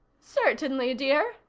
certainly, dear,